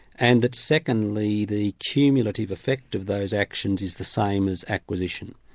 and that secondly the cumulative effect of those actions is the same as acquisition.